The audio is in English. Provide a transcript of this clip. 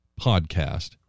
podcast